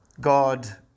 God